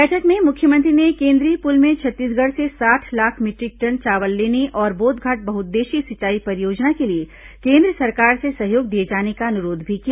बैठक में मुख्यमंत्री ने केंद्रीय पूल में छत्तीसगढ़ से साठ लाख मीटरिक टन चावल लेने और बोधघाट बहुउद्देशीय सिंचाई परियोजना के लिए केन्द्र सरकार से सहयोग दिए जाने का अनुरोध भी किया